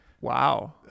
Wow